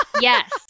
Yes